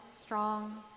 strong